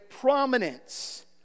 prominence